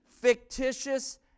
fictitious